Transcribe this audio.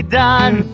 done